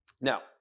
Now